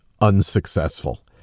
unsuccessful